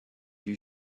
you